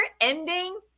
ending